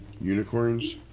Unicorns